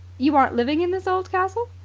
you aren't living in this old castle?